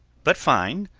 but fine.